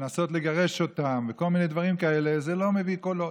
לנסות לגרש אותם וכל מיני דברים כאלה זה לא מביא קולות.